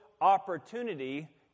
opportunity